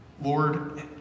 Lord